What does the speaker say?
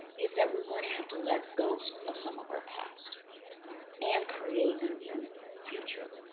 is that we're going to have to let go of some of our past and create a new future.